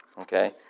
Okay